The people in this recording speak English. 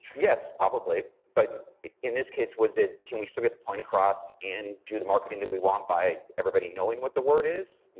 yes, probably. but in this case, was it, can we still get the point across and do the marketing that we want by everybody knowing what the word is? you